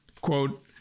quote